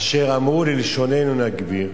אשר אמרו ללשֹננו נגביר,